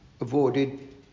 avoided